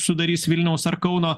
sudarys vilniaus ar kauno